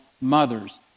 mothers